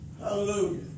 Hallelujah